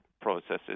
processes